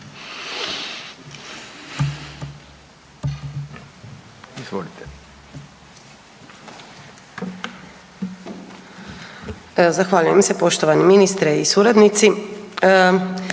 Zahvaljujem se. Poštovani ministre i suradnici.